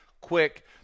quick